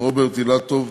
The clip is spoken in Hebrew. רוברט אילטוב,